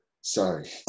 Sorry